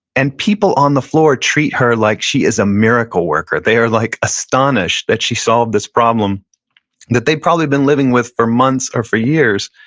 and people on the floor treat her like she is a miracle worker. they are like astonished that she solved this problem that they'd probably been living with for months or for years.